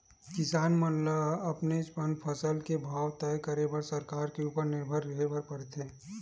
किसान मन ल अपनेच फसल के भाव तय करे बर सरकार के उपर निरभर रेहे बर परथे